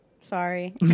Sorry